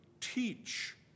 teach